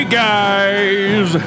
guys